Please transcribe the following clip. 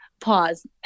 Pause